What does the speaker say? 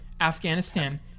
Afghanistan